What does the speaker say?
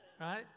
right